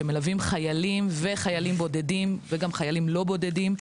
שמלווים חיילים וחיילים בודדים וגם חיילים לא בודדים,